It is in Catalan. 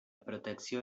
protecció